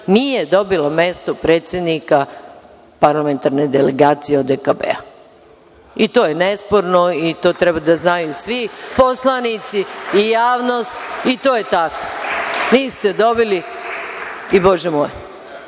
nije dobila mesto predsednika parlamentarne delegacije ODKB. To je nesporno i to treba da znaju svi poslanici i javnost i to je tako. Niste dobili i bože moj,